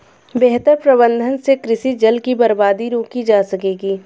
बेहतर प्रबंधन से कृषि जल की बर्बादी रोकी जा सकेगी